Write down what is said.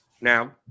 Now